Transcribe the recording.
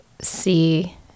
see